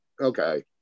okay